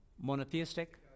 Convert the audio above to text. monotheistic